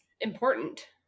important